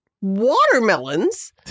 watermelons